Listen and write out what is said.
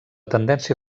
tendència